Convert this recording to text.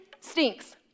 stinks